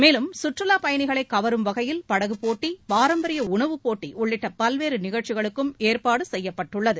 மேலும் சுற்றுலாப் பயணிகளை கவரும் வகையில் படகுப் போட்டி பாரம்பரிய உணவுப் போட்டி உள்ளிட்ட பல்வேறு நிகழ்ச்சிகளுக்கும் ஏற்பாடு செய்யப்பட்டுள்ளது